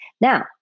Now